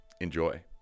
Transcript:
Enjoy